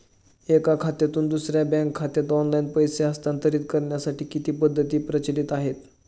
एका खात्यातून दुसऱ्या बँक खात्यात ऑनलाइन पैसे हस्तांतरित करण्यासाठी किती पद्धती प्रचलित आहेत?